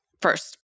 first